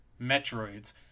Metroids